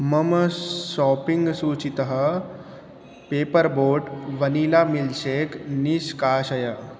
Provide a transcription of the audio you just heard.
मम शाप्पिङ्ग् सूचितः paper boat vanilla milkshake निष्कासय